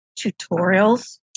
tutorials